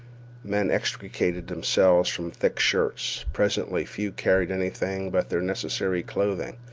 men extricated themselves from thick shirts. presently few carried anything but their necessary clothing,